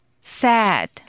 Sad